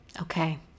Okay